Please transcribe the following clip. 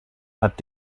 hat